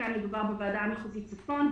כאן מדובר בוועדה המחוזית צפון.